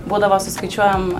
būdavo suskaičiuojam